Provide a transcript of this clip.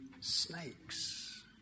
snakes